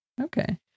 Okay